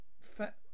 fat